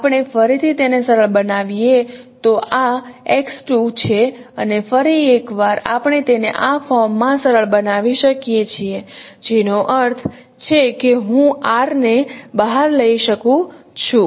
આપણે ફરીથી તેને સરળ બનાવીએ તો આ x 2 છે અને ફરી એક વાર આપણે તેને આ ફોર્મમાં સરળ બનાવી શકીએ છીએ જેનો અર્થ છે કે હું R ને બહાર લઇ શકું છું